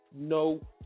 No